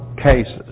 cases